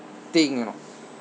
thing you know